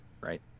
right